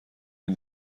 این